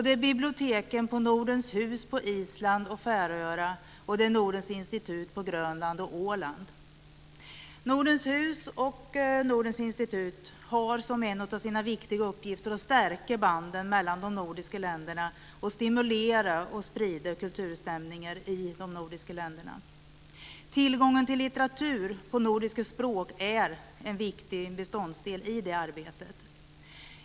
Det är biblioteken på Nordens hus på Island och Färöarna och Nordens hus och Nordens Institut har som en av sina viktiga uppgifter att stärka banden mellan de nordiska länderna och stimulera och sprida kulturstämningarna i de nordiska länderna. Tillgången till litteratur på nordiska språk är en viktig beståndsdel i det arbetet.